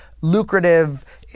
lucrative